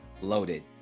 loaded